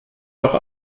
doch